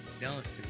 Dallas